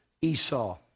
Esau